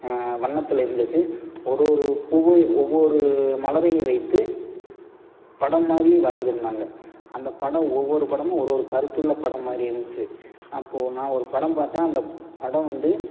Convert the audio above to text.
வண்ணத்தில் இருந்திச்சு ஒரு ஒரு பூவும் ஒவ்வொரு மலரையும் வைத்த படம்மாதிரி வரைஞ்சுருந்தாங்க அந்தப் படம் ஒவ்வொரு படமும் ஒரு ஒரு கருத்துள்ள படம்மாதிரி இருந்துச்சு அப்போ நான் ஒரு படம் பார்த்தேன் அந்த படம் வந்து